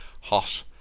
hot